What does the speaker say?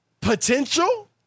potential